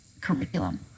curriculum